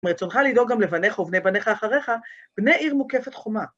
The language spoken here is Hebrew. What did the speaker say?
ברצונך לדאוג גם לבניך ובני בניך אחריך, בני עיר מוקפת חומה.